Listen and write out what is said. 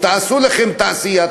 תעשו לכם תעשייה,